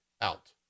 out